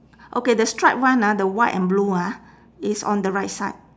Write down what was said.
okay the stripe one ah the white and blue ah is on the right side